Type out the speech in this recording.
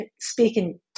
speaking